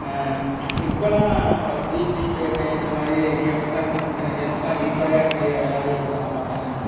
இப்போலாம் PUBG free ஃபையர்னு இந்த மாதிரி கேம்ஸ்லாம் சின்ன சின்ன கேம்ஸ்லாம் வீட்டோடையே அடங்கி விளாண்டுட்டு இருக்கானுவோ பசங்கள்